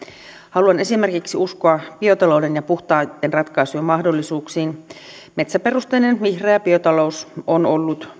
haluan esimerkiksi uskoa biotalouden ja puhtaiden ratkaisujen mahdollisuuksiin metsäperusteinen vihreä biotalous on ollut